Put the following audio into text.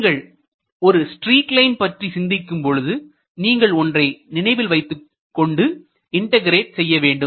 நீங்கள் ஒரு streak line பற்றி சிந்திக்கும் பொழுது நீங்கள் ஒன்றை நினைவில் வைத்துக் கொள்ள கொண்டு இன்டகிரெட் செய்ய வேண்டும்